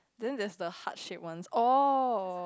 then there's the heart shape ones oh